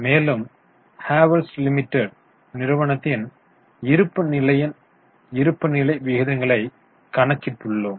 மேலும் ஹேவல்ஸ் லிமிடெட் நிறுவனத்தின் இருப்புநிலையின் இருப்புநிலை விகிதங்களை கணக்கிட்டுள்ளோம்